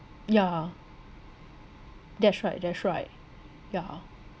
ya that's right that's right ya